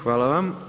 Hvala vam.